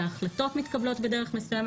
וההחלטות מתקבלות בדרך מסוימת.